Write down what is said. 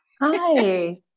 Hi